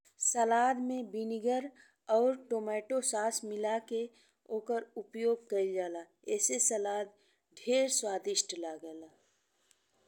सलाद में विनेगर और tomato sauce मिला के ओकर उपयोग कइल जाला, ई से सलाद बहुत स्वादिष्ट लागेला।